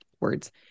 words